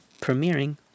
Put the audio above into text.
premiering